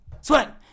Sweat